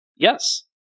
Yes